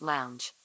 Lounge